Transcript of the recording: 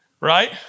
Right